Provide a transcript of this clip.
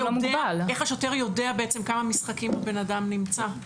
איך השוטר יודע כמה משחקים הבן אדם נמצא?